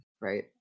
right